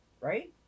right